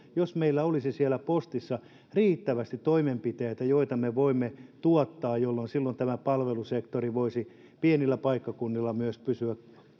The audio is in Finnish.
jos meillä olisi siellä postissa riittävästi toimenpiteitä joita me voimme tuottaa silloin tämä palvelusektori voisi pienillä paikkakunnilla pysyä